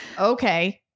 Okay